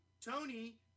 Tony